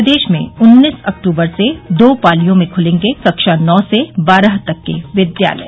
प्रदेश में उन्नीस अक्टूबर से दो पालियों में ख्लेंगे कक्षा नौ से बारह तक के विद्यालय